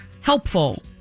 helpful